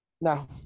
No